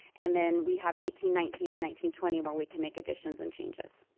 and then we have eighteen nineteen and nineteen twenty where we can make additions and changes.